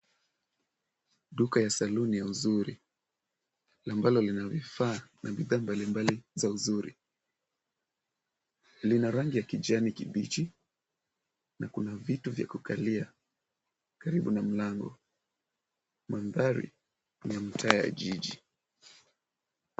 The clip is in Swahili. Duka ya saluni ya uzuri ambalo lina vifaa na bidhaa mbali mbali za uzuri. Lina rangi ya kijani kibichi na kuna vitu vya kukalia karibu na mlango. Mandhari ni ya mtaa ya jiji.